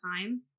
time